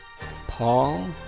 Paul